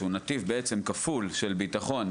שבעצם הוא נתיב כפול של ביטחון,